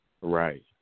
Right